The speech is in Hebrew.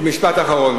משפט אחרון,